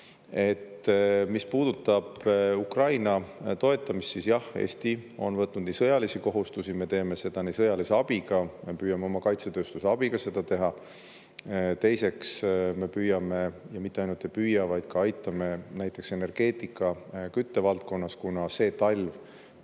astuda. Mis puudutab Ukraina toetamist, siis, jah, Eesti on võtnud nii sõjalisi kohustusi, me teeme seda nii sõjalise abiga, me püüame oma kaitsetööstuse abiga seda teha. Teiseks, me püüame, ja mitte ainult ei püüa, vaid ka aitame näiteks energeetika, kütte valdkonnas, kuna see talv